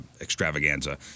extravaganza